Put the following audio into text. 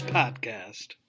podcast